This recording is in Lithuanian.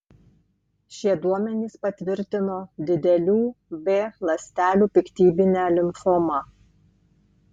šie duomenys patvirtino didelių b ląstelių piktybinę limfomą